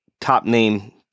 top-name